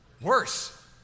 Worse